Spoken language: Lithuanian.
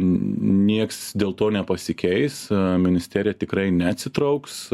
niekas dėl to nepasikeis ministerija tikrai neatsitrauks